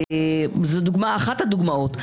זאת אחת הדוגמאות.